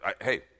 hey